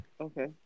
okay